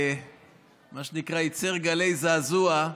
מה שנקרא, יצר גלי זעזוע,